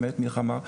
באמת מלחמה,